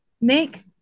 make